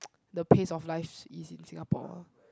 the pace of life is in Singapore